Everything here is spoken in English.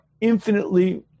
infinitely